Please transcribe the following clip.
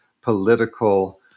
political